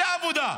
זו העבודה.